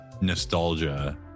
nostalgia